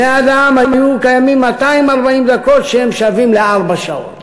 בני-האדם היו קיימים 240 דקות, ששוות לארבע שעות.